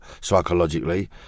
psychologically